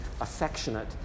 affectionate